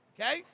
Okay